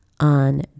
on